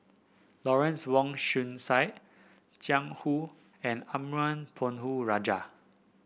Lawrence Wong Shyun Tsai Jiang Hu and Arumugam Ponnu Rajah